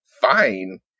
fine